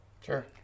Sure